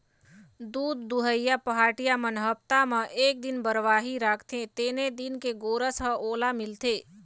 दूद दुहइया पहाटिया मन हप्ता म एक दिन बरवाही राखते तेने दिन के गोरस ह ओला मिलथे